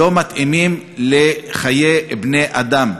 לא מתאימים לחיי בני-אדם.